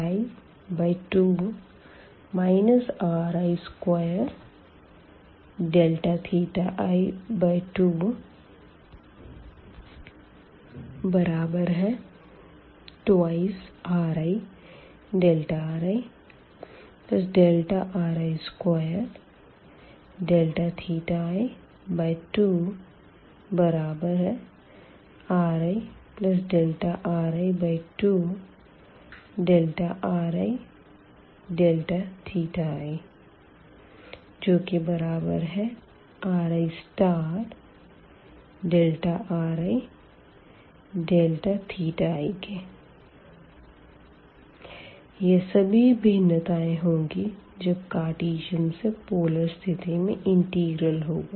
Airiri2i2 ri2i2 2ririΔri2i2 riri2riΔi ririi यह सभी भिन्नताएँ होंगी जब कार्टीजन से पोलर स्थिति में इंटीग्रल होगा